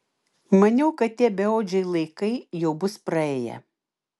maniau kad tie beodžiai laikai jau bus praėję